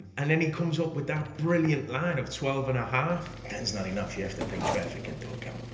and then he comes up with that brilliant line of twelve and a half. ten's not enough, you have to take traffic into account.